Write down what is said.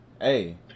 Hey